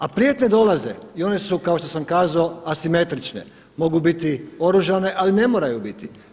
A prijetnje dolaze i one su kao što sam kazao asimetrične, mogu biti oružane, ali ne moraju biti.